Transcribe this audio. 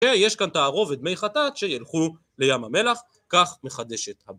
ויש כאן תערובת מי חטאת שילכו לים המלח, כך מחדשת